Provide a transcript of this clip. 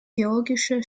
georgische